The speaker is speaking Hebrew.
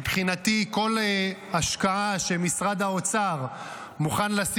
מבחינתי כל השקעה שמשרד האוצר מוכן לה,